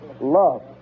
Love